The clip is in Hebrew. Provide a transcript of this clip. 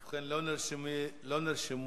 ובכן, לא נרשמו דוברים.